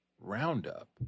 roundup